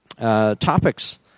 Topics